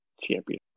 champion